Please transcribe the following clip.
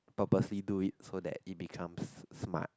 purposely do it so that it becomes smart